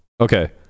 okay